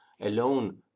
alone